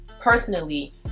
personally